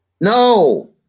No